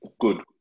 good